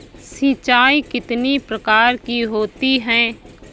सिंचाई कितनी प्रकार की होती हैं?